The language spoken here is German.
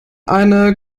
eine